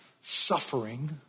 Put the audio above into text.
Suffering